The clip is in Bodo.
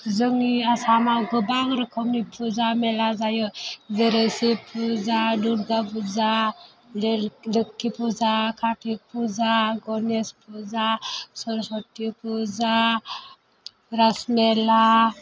जोंनि आसामाव गोबां रोखोमनि पुजा मेला जायो जेरै सिब पुजा दुर्गा पुजा लोक्षि पुजा कार्तिक पुजा गनेस पुजा सरस्वति पुजा रास मेला